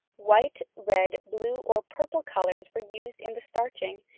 white, red, blue or purple colours were used in the starching,